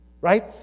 Right